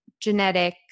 genetic